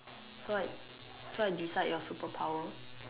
so I so I decide your superpower